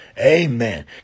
amen